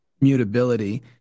Mutability